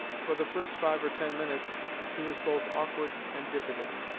for the first five or ten minutes he was both awkward and diffident,